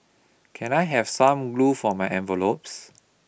can I have some glue for my envelopes